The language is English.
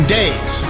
days